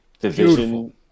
division